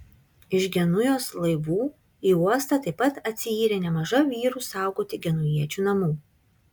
iš genujos laivų į uostą taip pat atsiyrė nemaža vyrų saugoti genujiečių namų